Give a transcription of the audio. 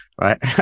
right